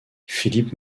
philippe